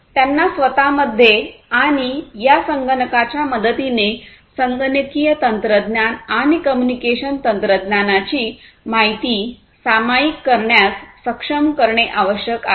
त्यांना स्वत मध्ये आणि या संगणकांच्या मदतीने संगणकीय तंत्रज्ञान आणि कम्युनिकेशन तंत्रज्ञानाची माहिती सामायिक करण्यास सक्षम असणे आवश्यक आहे